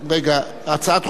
הממשלה אין לה עמדה,